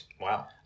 Wow